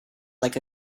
like